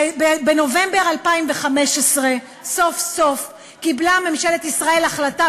בנובמבר 2015 קיבלה סוף-סוף ממשלת ישראל החלטה